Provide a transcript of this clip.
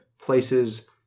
places